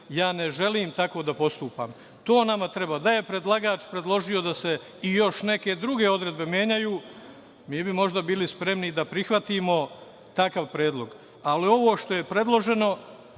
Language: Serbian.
ja ne želim tako da postupam. To nama treba. Da je predlagač predložio da se i još neke druge odredbe menjaju, mi bi možda bili spremni da prihvatimo takav predlog. Ali, ovo što je predloženo,